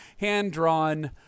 hand-drawn